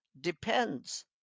depends